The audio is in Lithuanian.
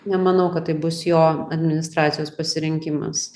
nemanau kad tai bus jo administracijos pasirinkimas